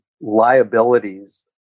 liabilities